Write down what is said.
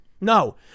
No